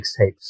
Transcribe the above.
mixtapes